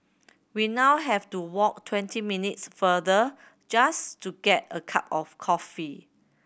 we now have to walk twenty minutes further just to get a cup of coffee